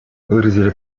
выразили